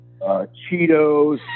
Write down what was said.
Cheetos